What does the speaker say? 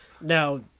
Now